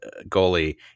goalie